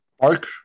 Park